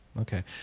Okay